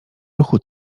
ruchu